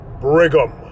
Brigham